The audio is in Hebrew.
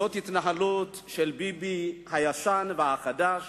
זאת התנהלות של ביבי הישן והחדש.